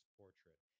portrait